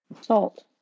Salt